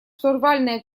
штурвальное